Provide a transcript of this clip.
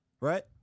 Right